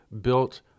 built